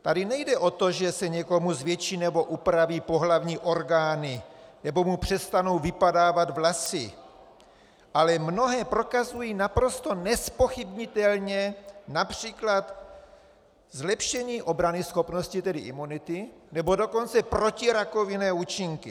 Tady nejde o to, že se někomu zvětší nebo upraví pohlavní orgány nebo mu přestanou vypadávat vlasy, ale mnohé prokazují naprosto nezpochybnitelně například zlepšení obranyschopnosti, tedy imunity, nebo dokonce protirakovinné účinky.